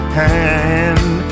hand